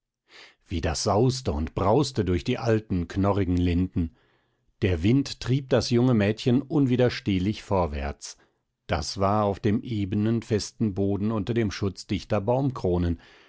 wie das sauste und brauste durch die alten knorrigen linden der wind trieb das junge mädchen unwiderstehlich vorwärts das war auf dem ebenen festen boden unter dem schutz dichter baumkronen